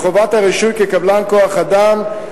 מחובת הרישוי כקבלן כוח-אדם,